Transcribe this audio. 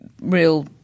real